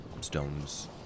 stones